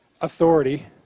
authority